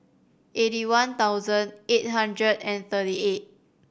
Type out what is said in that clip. eighty one thousand eight hundred and thirty eight